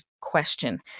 question